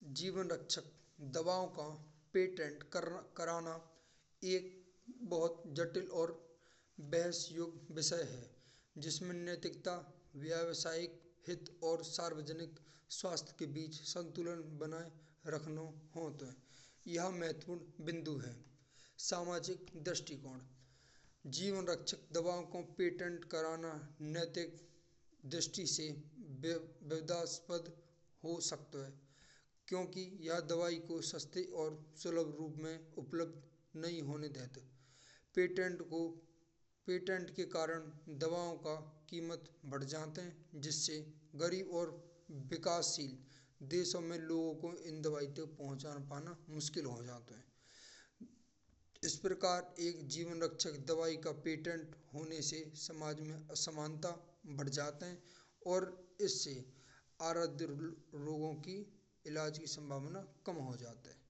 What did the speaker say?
जीवन रक्षक दवाओ का पेटेंट कराना एक बहुत जटिल और बहस उक्त विषय है। जिसमें नातिकता व्यवसाय हित और सार्वजनिक स्वास्थ्य के बीच संतुलन बनाये रखना होत है। यह महत्वपूर्ण बिंदु है सामाजिक दृष्टिकोण से जीवन रक्षक दवाओ को पेटेंट कराना नैतिक दृष्टि से बिध बीधस्पद हो सकता है। क्योंकि ये दवाई को सस्ती और सुलभ रूप में नहीं होने देती है। पेटेंट को पेटेंट के कारण दवाओ का कीमत बढ़ जाती है। जिस से गरीब और विकासशील देशों में लोगो को इन दवाईओ को पँहुचा पाना मुश्किल हो जाता है। इस प्रकार एक जीवन रक्षक दवाई का पेटेंट होने से समाज में असमानता बढ़ जाती है और इस से गम्भीर रोगों की इलाज की संभावना कम हो जाती है।